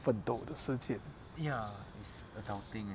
奋斗时间